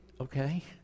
Okay